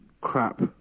crap